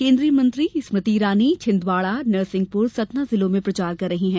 केन्द्रीय मंत्री स्मृति इरानी छिन्दवाड़ा नरसिंहपुर सतना जिलों में प्रचार कर रही हैं